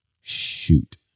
shoot